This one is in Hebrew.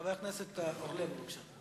חבר הכנסת זבולון אורלב, בבקשה.